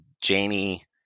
Janie